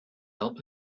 help